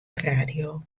radio